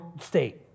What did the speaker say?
state